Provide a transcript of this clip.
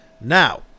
Now